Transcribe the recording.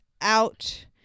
out